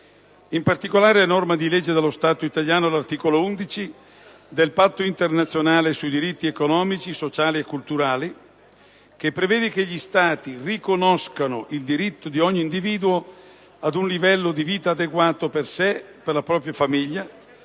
In particolare, è norma di legge dello Stato italiano l'articolo 11 del Patto internazionale sui diritti economici, sociali e culturali, che prevede che gli Stati riconoscano il diritto di ogni individuo ad un livello di vita adeguato per sé e la sua famiglia,